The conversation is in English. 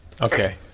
Okay